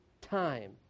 time